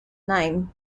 name